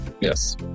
Yes